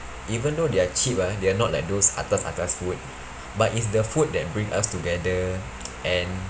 even though they are cheap ah they are not like those atas atas food but is the food that bring us together and